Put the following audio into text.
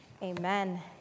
Amen